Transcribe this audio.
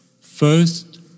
first